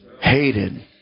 hated